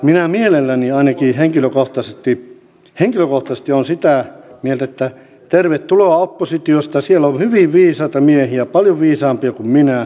minä ainakin henkilökohtaisesti olen sitä mieltä että tervetuloa oppositiosta siellä on hyvin viisaita miehiä paljon viisaampia kuin minä neuvomaan minua